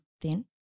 thin